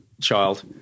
child